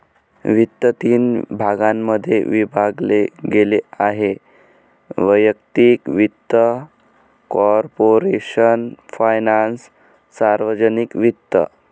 वित्त तीन भागांमध्ये विभागले गेले आहेः वैयक्तिक वित्त, कॉर्पोरेशन फायनान्स, सार्वजनिक वित्त